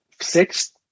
six